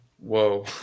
whoa